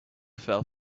fell